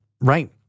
Right